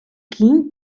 кінь